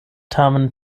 tamen